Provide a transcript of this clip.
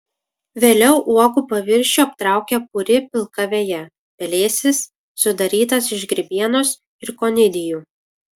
vėliau uogų paviršių aptraukia puri pilka veja pelėsis sudarytas iš grybienos ir konidijų